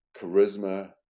charisma